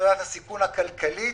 סביבת הסיכון הכלכלית,